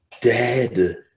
dead